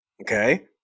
Okay